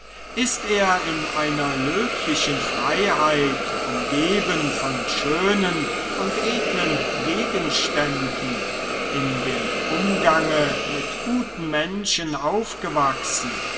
ist er in einer löblichen freiheit umgeben von schönen und edlen gegenständen in dem umgange mit guten menschen aufgewachsen